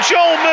Joel